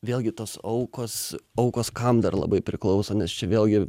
vėlgi tos aukos aukos kam dar labai priklauso nes čia vėlgi